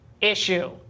issue